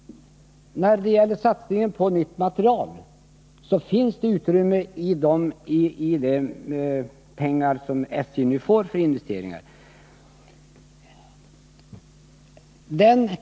När det gäller satsningen på nytt materiel så finns det utrymme för sådant med de pengar som SJ nu får till investeringar.